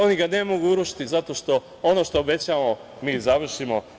Oni ga ne mogu urušiti zato što ono obećamo mi i završimo.